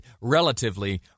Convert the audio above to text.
relatively